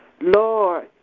Lord